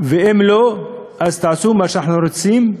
ואם לא, אז תעשו מה שאנחנו רוצים,